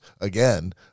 again